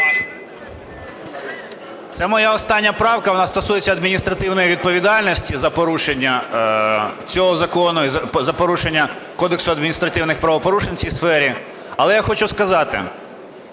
Це моя остання правка. Вона стосується адміністративної відповідальності за порушення цього закону і за порушення Кодексу адміністративних правопорушень у цій сфері. Але я хочу сказати,